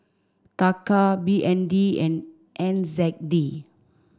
Taka B N D and N Z D